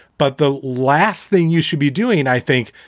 but the last thing you should be doing, i think,